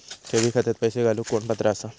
ठेवी खात्यात पैसे घालूक कोण पात्र आसा?